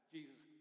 Jesus